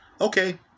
Okay